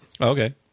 Okay